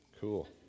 cool